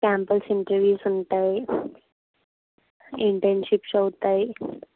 campus interviews ఉంటాయి internships అవుతాయి